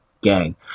gang